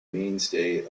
mainstay